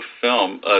film